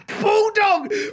Bulldog